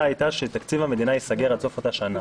הייתה שתקציב המדינה ייסגר עד סוף אותה שנה.